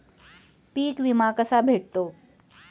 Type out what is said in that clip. पीक विमा कसा भेटतो?